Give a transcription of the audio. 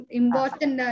important